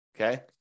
Okay